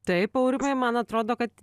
taip aurimai man atrodo kad